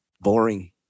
boring